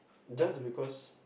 just because